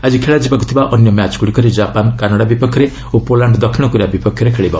ଆକି ଖେଳାଯିବାକୁ ଥିବା ଅନ୍ୟ ମ୍ୟାଚ୍ଗୁଡ଼ିକରେ ଜାପାନ କାନାଡା ବିପକ୍ଷରେ ଓ ପୋଲାଣ୍ଡ ଦକ୍ଷିଣ କୋରିଆ ବିପକ୍ଷରେ ଖେଳିବ